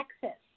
Texas